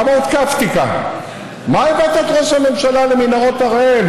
כמה הותקפתי כאן: מה הבאת את ראש הממשלה למנהרות הראל,